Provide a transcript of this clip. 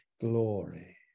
glory